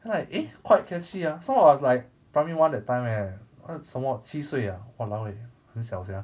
I'm like eh quite catchy ah somemore I was like primary one that time leh what 什么七岁 ah !walao! eh 很小 sia